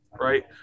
right